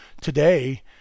today